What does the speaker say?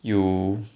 you